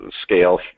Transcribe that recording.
scale